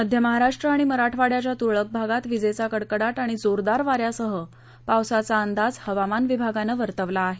मध्य महाराष्ट्र आणि मराठवाङ्याच्या तुरळक भागांत विजेचा कडकडाट आणि जोरदार वा यासह पावसाचा अंदाज हवामान विभागानं वर्तवला आहे